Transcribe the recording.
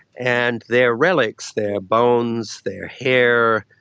and their relics, their bones, their hair,